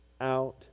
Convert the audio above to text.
out